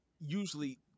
usually